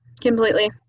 completely